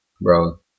bro